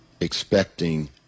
expecting